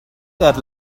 that